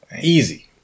Easy